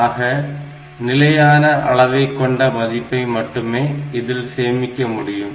ஆக நிலையான அளவை கொண்ட மதிப்பை மட்டுமே இதில் சேமிக்க முடியும்